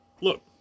look